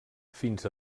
fins